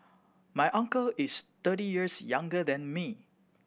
my uncle is thirty years younger than me